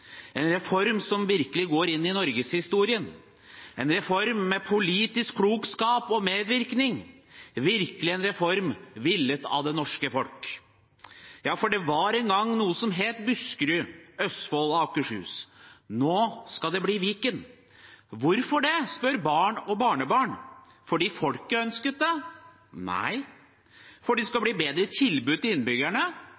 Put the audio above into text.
en reform som virkelig går inn i norgeshistorien, en reform med politisk klokskap og medvirkning, virkelig en reform villet av det norske folk. Ja, for det var en gang noe som het Buskerud, Østfold og Akershus. Nå skal det bli Viken. Hvorfor det? spør barn og barnebarn. Fordi folket ønsket det? Nei. Fordi det skal